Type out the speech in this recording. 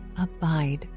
abide